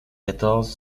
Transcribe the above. quatorze